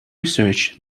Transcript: research